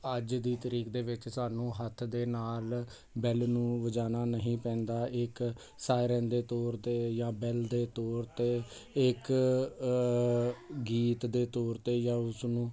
ਅੱਜ ਦੀ ਤਰੀਕ ਦੇ ਵਿੱਚ ਸਾਨੂੰ ਹੱਥ ਦੇ ਨਾਲ ਬੈਲ ਨੂੰ ਵਜਾਉਣਾ ਨਹੀਂ ਪੈਂਦਾ ਇੱਕ ਸਇਰਨ ਦੇ ਤੌਰ 'ਤੇ ਜਾਂ ਬੈਲ ਦੇ ਤੌਰ 'ਤੇ ਇੱਕ ਗੀਤ ਦੇ ਤੌਰ 'ਤੇ ਜਾਂ ਉਸ ਨੂੰ